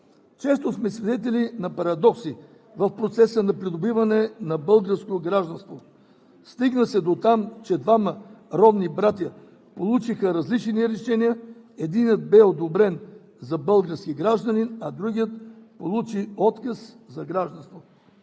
Често сме свидетели на парадокси в процеса на придобиване на българско гражданство. Стигна се дотам, че двама родни братя получиха различни решения – единият бе одобрен за български гражданин, а другият получи отказ за гражданство.